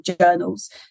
journals